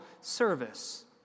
service